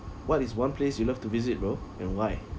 what is one place you love to visit bro and why